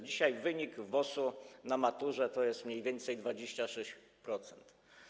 Dzisiaj wynik WOS-u na maturze to jest mniej więcej 26%.